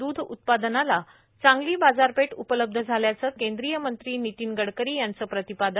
द्ध उत्पादनाला चांगली बाजारपेठ उपलब्ध झाल्याचं केंद्रीय मंत्री नितीन गडकरी यांचं प्रतिपादन